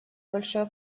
большое